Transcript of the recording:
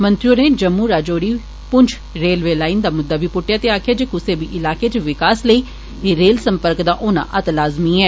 मंत्री होरें Jammu Rajouri Poonch railway line दा मुद्दा बी पुट्टेआ ते आक्खेआ जे कुसै बी इलाकें च विकास लेई रेल सम्पर्क दा होना अत लाज़मी ऐ